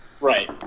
Right